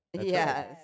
yes